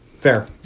fair